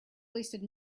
wasted